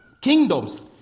kingdoms